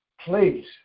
Please